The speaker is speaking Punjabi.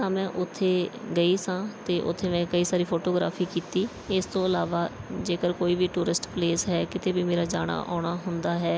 ਤਾਂ ਮੈਂ ਉੱਥੇ ਗਈ ਸਾਂ ਅਤੇ ਉੱਥੇ ਮੈਂ ਕਈ ਸਾਰੀ ਫੋਟੋਗ੍ਰਾਫ਼ੀ ਕੀਤੀ ਇਸ ਤੋਂ ਇਲਾਵਾ ਜੇਕਰ ਕੋਈ ਵੀ ਟੂਰਿਸਟ ਪਲੇਸ ਹੈ ਕਿਤੇ ਵੀ ਮੇਰਾ ਜਾਣਾ ਆਉਣਾ ਹੁੰਦਾ ਹੈ